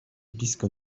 blisko